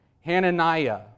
Hananiah